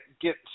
get